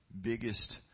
biggest